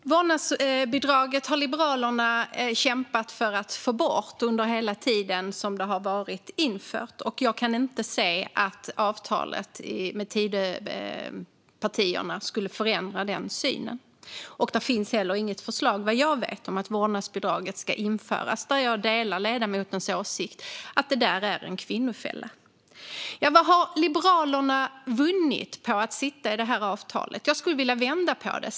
Fru talman! Vårdnadsbidraget har Liberalerna kämpat för att få bort under hela den tid som det har funnits. Jag kan inte se att avtalet mellan Tidöpartierna skulle förändra den synen. Vad jag vet finns det heller inget förslag om att vårdnadsbidraget ska införas. Jag delar ledamotens åsikt att det är en kvinnofälla. Ja, vad har Liberalerna vunnit på att ingå detta avtal? Jag skulle vilja vända på det.